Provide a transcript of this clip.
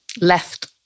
left